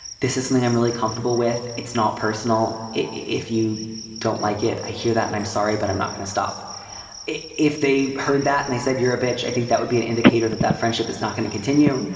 this is something i'm really comfortable with. it's not personal. if you don't like it, i hear and i'm sorry, but i'm not going to stop it. if they heard that and they said you're a bitch. i think that would be an indicator that that friendship is not going to continue.